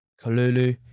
Kalulu